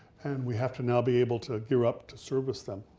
and we have to now be able to gear up to service them.